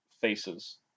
faces